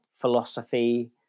philosophy